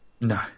No